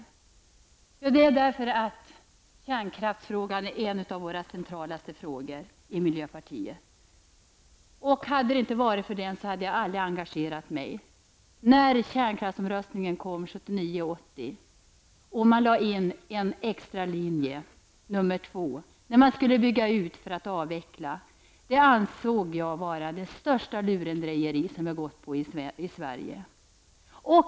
Det är därför att i miljöpartiet är kärnkraftsfrågan en av de mest centrala frågorna. Om det inte hade varit för den hade jag aldrig engagerat mig. Det var när kärnkraftsomröstningen var aktuell 1979--1980 och man lade in en extra linje -- nr 2 -- för att man skulle bygga ut för att avveckla. Det ansåg jag vara det största lurendrejeri som vi har gått på i Sverige.